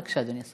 בבקשה, אדוני.